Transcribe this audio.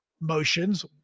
motions